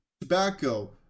tobacco